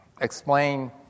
explain